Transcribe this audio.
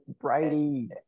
Brady